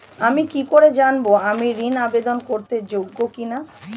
আমি কি করে জানব আমি ঋন আবেদন করতে যোগ্য কি না?